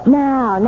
now